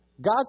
God